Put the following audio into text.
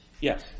Yes